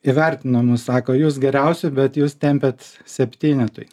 įvertino nu sako jūs geriausi bet jūs tempiat septynetui